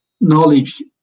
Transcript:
knowledge